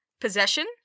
possession